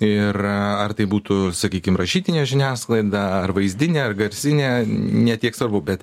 ir ar tai būtų sakykim rašytinė žiniasklaida ar vaizdinė ar garsinė ne tiek svarbu bet